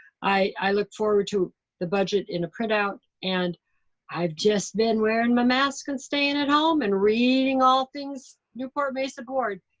i look forward to the budget in a printout, and i've just been wearing my mask and staying at home and reading all things newport-mesa board.